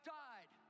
died